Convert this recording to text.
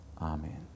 Amen